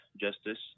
justice